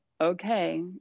okay